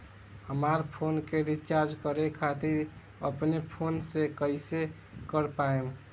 हमार फोन के रीचार्ज करे खातिर अपने फोन से कैसे कर पाएम?